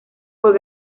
por